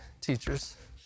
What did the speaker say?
teachers